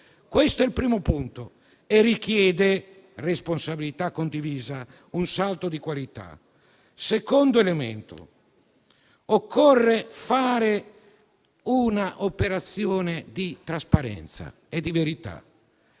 Questo è il primo punto e richiede responsabilità condivisa, un salto di qualità. Secondo elemento: occorre fare un'operazione di trasparenza e di verità;